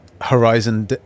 Horizon